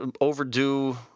overdue